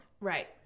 Right